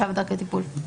ענישה ודרכי טיפול).